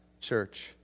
church